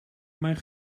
mijn